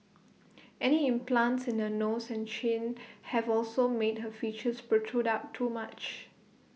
any implants in her nose and chin have also made her features protrude out too much